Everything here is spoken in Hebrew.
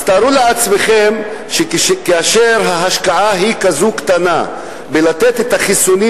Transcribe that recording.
אז תארו לעצמכם כאשר ההשקעה היא כזו קטנה לתת את החיסונים